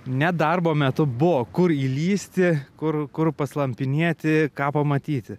ne darbo metu buvo kur įlįsti kur kur paslampinėti ką pamatyti